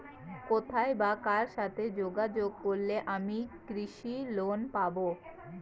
কোথায় বা কার সাথে যোগাযোগ করলে আমি কৃষি লোন পাব?